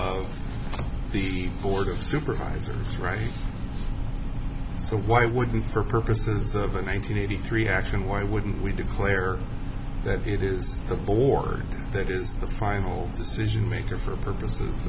of the board of supervisors right so why wouldn't for purposes of the ninety three action why wouldn't we declare that it is the board that is the final decision maker for purposes